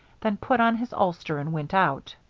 then put on his ulster and went out.